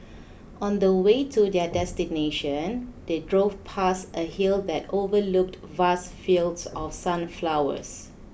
on the way to their destination they drove past a hill that overlooked vast fields of sunflowers